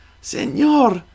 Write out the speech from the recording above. Señor